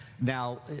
Now